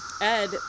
Ed